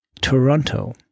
toronto